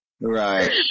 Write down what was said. Right